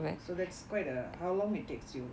so that's quite a how long it takes you